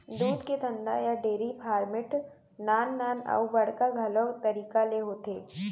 दूद के धंधा या डेरी फार्मिट नान नान अउ बड़का घलौ तरीका ले होथे